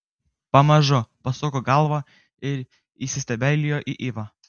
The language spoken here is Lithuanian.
pamažu pasuko galvą ir įsistebeilijo į ivą